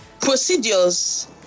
procedures